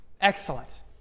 Excellent